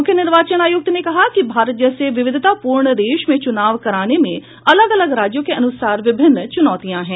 मुख्य निर्वाचन आयुक्त ने कहा कि भारत जैसे विविधतापूर्ण देश में चुनाव कराने में अलग अलग राज्यों के अनुसार विभिन्न चुनौतियां हैं